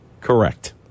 Correct